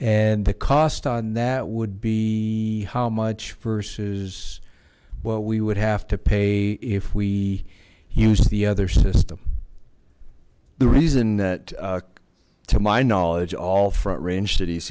and the cost on that would be how much versus well we would have to pay if we use the other system the reason that to my knowledge all front range cities